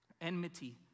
enmity